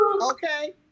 Okay